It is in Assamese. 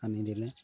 আনি দিলে